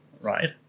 right